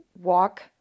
walk